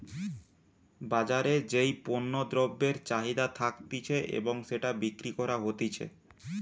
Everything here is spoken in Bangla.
বাজারে যেই পণ্য দ্রব্যের চাহিদা থাকতিছে এবং সেটা বিক্রি করা হতিছে